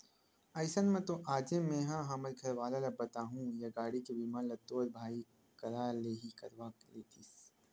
अइसन म तो आजे मेंहा हमर घरवाला ल बताहूँ या गाड़ी के बीमा ल तोर भाई करा ले ही करवा लेतिस